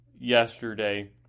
yesterday